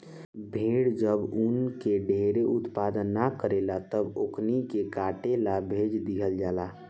भेड़ जब ऊन के ढेर उत्पादन न करेले तब ओकनी के काटे ला भेज दीहल जाला